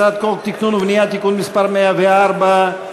הצעת חוק התכנון והבנייה (תיקון מס' 104),